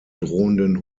drohenden